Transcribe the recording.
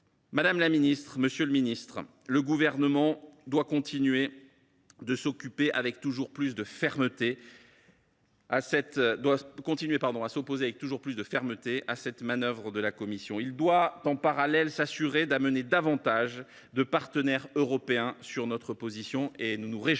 Madame la ministre, monsieur le ministre, le Gouvernement doit continuer de s’opposer, avec toujours plus de fermeté, à cette manœuvre de la Commission européenne. Il doit en parallèle s’assurer d’amener davantage de partenaires européens à suivre notre position. À cet égard, nous nous réjouissons